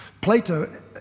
Plato